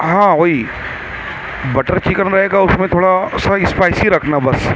ہاں وہی butter chicken رہے گا اس میں تھوڑا اسپائیسی رکھنا بس